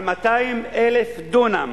על 200,000 דונם,